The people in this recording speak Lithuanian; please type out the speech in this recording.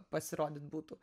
pasirodyt būtų